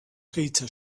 peter